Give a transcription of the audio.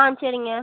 on சரிங்க